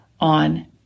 on